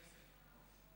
זה בסדר.